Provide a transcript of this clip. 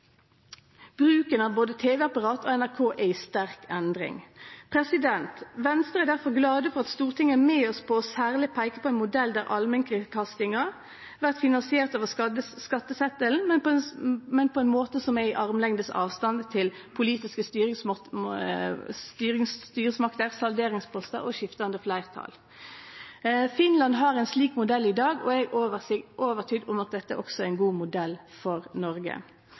Bruken av både TV-apparat og NRK er i sterk endring. Venstre er difor glad for at Stortinget er med oss på særleg å peike på ein modell der allmennkringkastinga blir finansiert over skattesetelen, men på ein måte som er i armlengdes avstand til politiske styresmakter, salderingspostar og skiftande fleirtal. Finland har ein slik modell i dag, og eg er overtydd om at dette også er ein god modell for Noreg.